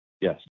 Yes